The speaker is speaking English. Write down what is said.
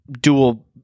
dual